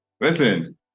Listen